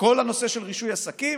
כל נושא רישוי עסקים,